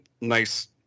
nice